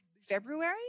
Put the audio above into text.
February